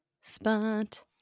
spot